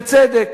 בצדק.